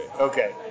Okay